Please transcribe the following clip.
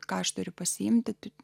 ką aš turiu pasiimti